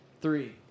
Three